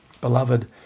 beloved